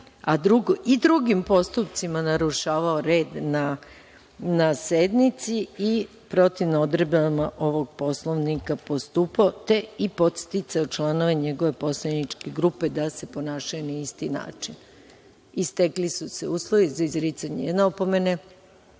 i drugim postupcima narušavao red na sednici i protivno odredbama ovog Poslovnika postupao, te i podsticao članove njegove poslaničke grupe da se ponašaju na isti način. Stekli su se uslovi za izricanje jedne opomene,